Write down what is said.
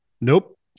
Nope